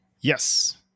Yes